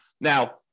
Now